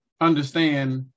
understand